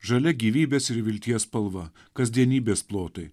žalia gyvybės ir vilties spalva kasdienybės plotai